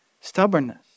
Stubbornness